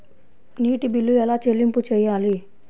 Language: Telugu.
నీటి బిల్లు ఎలా చెల్లింపు చేయాలి?